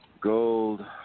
Gold